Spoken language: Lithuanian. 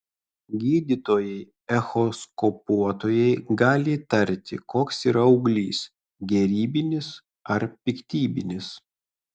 gydytojai echoskopuotojai gali įtarti koks yra auglys gerybinis ar piktybinis